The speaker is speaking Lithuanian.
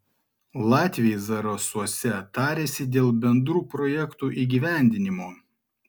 latviai zarasuose tarėsi dėl bendrų projektų įgyvendinimo